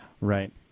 right